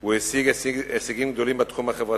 הוא השיג הישגים גדולים בתחום החברתי,